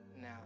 now